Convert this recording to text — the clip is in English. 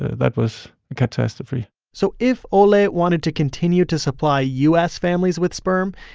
that was a catastrophe so if ole wanted to continue to supply u s. families with sperm,